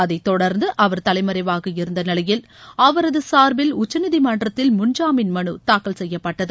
அதை தொடர்ந்து அவர் தலைமறைவாக இருந்த நிலையில் அவரது சார்பில் உச்சநீதிமன்றத்தில் முன் ஜாமீன் மனு தாக்கல் செய்யப்பட்டது